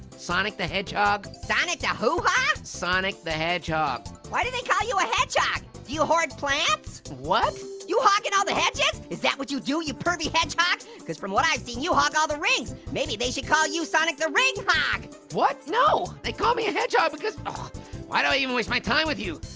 sonic the hedgehog. sonic the who-ha? sonic the hedgehog. why do they call you a hedgehog? do you hoard plants? what? you hogging and all the hedges? is that what you do, you pervy hedgehog? cause from what i've seen, you hog all the rings. maybe they should call you sonic the ringhog. what, no. they call me a hedgehog because, ah why do i even waste my time with you?